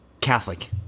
Catholic